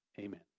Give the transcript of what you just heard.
Amen